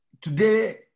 today